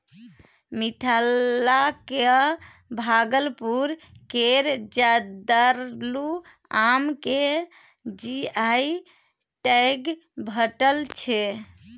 मिथिलाक भागलपुर केर जर्दालु आम केँ जी.आई टैग भेटल छै